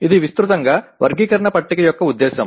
ఇది విస్తృతంగా వర్గీకరణ పట్టిక యొక్క ఉద్దేశ్యం